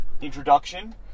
introduction